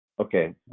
okay